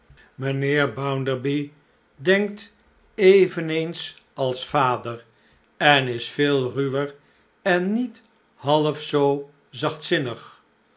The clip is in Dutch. mijnheer bounderby denkt eveneens als vader en is veel ruwer en niet half zoo